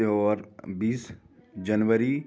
और बीस जनवरी